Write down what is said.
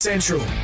Central